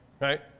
Right